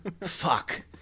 fuck